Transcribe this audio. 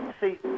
see